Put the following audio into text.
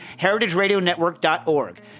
heritageradionetwork.org